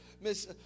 Miss